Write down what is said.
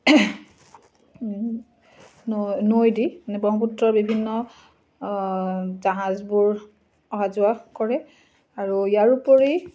নৈয়েদি ব্ৰহ্মপুত্ৰৰ বিভিন্ন জাহাজবোৰ অহা যোৱা কৰে আৰু ইয়াৰ উপৰি